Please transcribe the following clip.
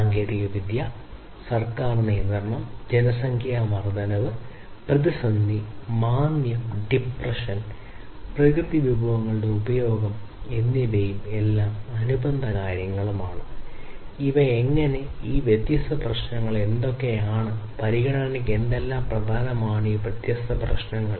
സാങ്കേതികവിദ്യ സർക്കാർ നിയന്ത്രണം ജനസംഖ്യാ വർദ്ധനവ് പ്രതിസന്ധി മാന്ദ്യം ഡിപ്രെഷൻ പ്രകൃതി വിഭവങ്ങളുടെ ഉപഭോഗം എന്നിവയും അവ അനുബന്ധ കാര്യങ്ങളുമാണ് ഇവ എങ്ങനെ ഈ വ്യത്യസ്ത പ്രശ്നങ്ങൾ എന്തൊക്കെയാണ് പരിഗണനയ്ക്ക് എന്തെല്ലാം പ്രധാനമാണ് ഈ വ്യത്യസ്ത പ്രശ്നങ്ങൾ